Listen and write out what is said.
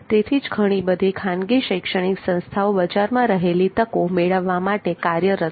તેથી જ ઘણી બધી ખાનગી શૈક્ષણિક સંસ્થાઓ બજારમાં રહેલી તકો મેળવવા માટે કાર્યરત છે